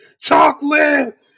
chocolate